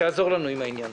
תעזור לנו עם העניין.